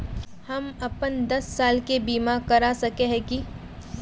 हम अपन दस साल के बीमा करा सके है की?